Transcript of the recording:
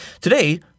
Today